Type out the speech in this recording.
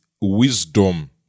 wisdom